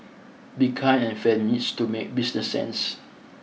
being kind and fair needs to make business sense